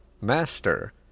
Master